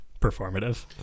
Performative